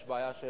יש בעיה של